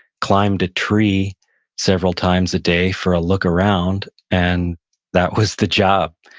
climbed a tree several times a day for a look around. and that was the job.